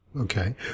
Okay